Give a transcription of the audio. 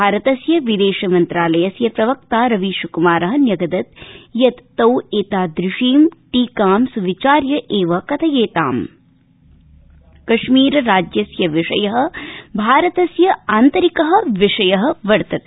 भारतस्य विदेश मन्त्रालयस्य प्रवक्ता रवीश कुमार न्यगदत् यत् तौ एतादृशी टीकां सुविचार्य कथयेताम् कश्मीरराज्यस्य विषय भारतस्य आन्तरिक विषयोऽस्ति